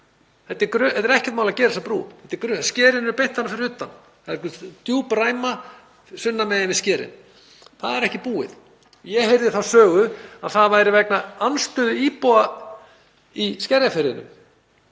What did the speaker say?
Það er ekkert mál að gera þessa brú, skerin eru beint þarna fyrir utan. Það er einhver djúp ræma sunnan megin við skerin. En það er ekki búið. Ég heyrði þá sögu að það væri vegna andstöðu íbúa í Skerjafirðinum,